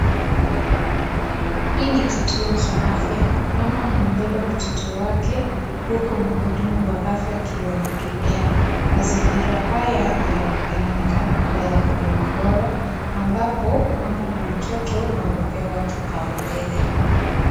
Hii ni kituo cha afya. Mama amembeba mtoto wake huku mhudumu wa afya akiwahudumia. Mazingira haya ni ya yanaonekana ya huduma bora ambao mama na mtoto wanaonekana wamepewa kibao mbele.